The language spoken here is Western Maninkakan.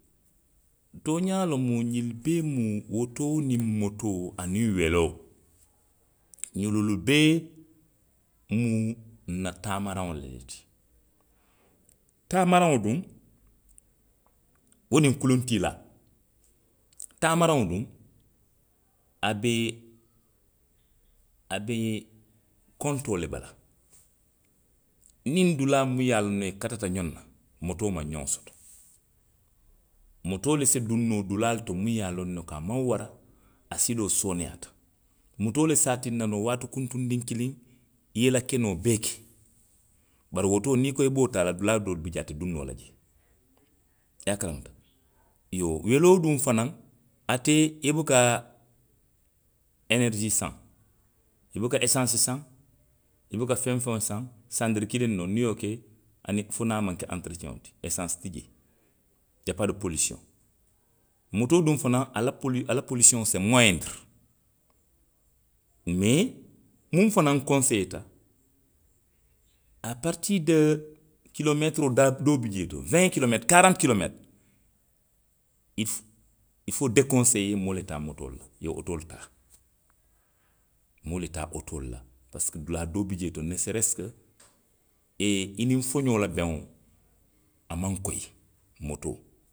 Tooxaa lemu, ňiŋ bee mu otoo niŋ motoo, aniŋ weloo, ňinnu beemu nna taamaraŋolu le ti. Taamaraŋo duŋ. wo niŋ kuluŋ tiilaa. taamaraŋo duŋ, a be, a be korontoo le bala. Niŋ dulaa miŋ ye a loŋ ne i katata ňoŋ na, motoo maŋ ňoŋo soto. Motoo le se duŋ noo dulaalu to minnu ye a loŋ ne ko a maŋ wara, a siloo sooneyaata. Motoo le se a tinna noo waati kuntundiŋ kiliŋ, i ye i la kenoo bee ke. Bari otoo, niŋ i ko i be wo taa la, dulaa doolu bi jee, ate duŋ noo la jee. I ye a kalamuta. Iyoo, weloo duŋ fanaŋ. ate, i buka. enerisii saŋ, i buka esansi saŋ. i buka feŋ woo feŋ saŋ. sandiri kiliŋ noŋ, niŋ i ye wo ke. aniŋ, fo niŋ a maŋ ke antiriceŋo ti, esansi ti jee. Iliniyaa paa do polisiyoŋo;. Motoo duŋ fanaŋ. a la poli, polisiyowo se muwendiri. Mee. muŋ fanaŋ konseyeeta, aa paaritiri doo kiloomeetiroo daa doo bi jee. weŋ kiloomeetiri, karanti kiloomeetiri, ifu, ili foo dekonseyee moolu ye taa motoo la, i ye otoolu taa. Moolu ye taa otoolu la parisiko dulaa doolu bi jee to no soreesiko,, i niŋ foňoo la beŋo, a maŋ koyi, motoo.